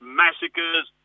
massacres